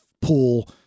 pool